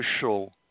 social